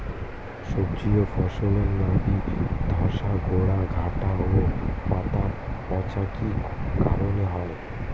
সবজি ও ফসলে নাবি ধসা গোরা ডাঁটা ও পাতা পচা কি কারণে হয়?